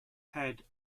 had